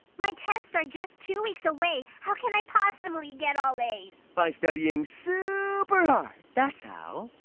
my tests are just two weeks away. how can i possibly get all a's? by studying super hard, that's how